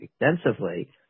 extensively